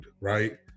right